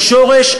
בשורש,